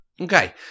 Okay